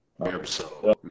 episode